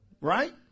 Right